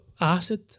acid